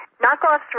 Knockoffs